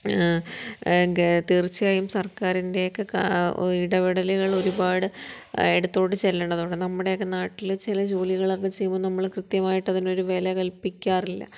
തീർച്ചയായും സർക്കാരിൻ്റെക്ക് ഇടപെടലുകൾ ഒരുപാട് ഇടത്തോട്ട് ചെല്ലേണ്ടതുണ്ട് നമ്മുടെയൊക്കെ നാട്ടില് ചില ജോലികളൊക്കെ ചെയ്യുമ്പോൾ നമ്മള് കൃത്യമായിട്ട് അതിനൊരു വില കൽപ്പികാറില്ല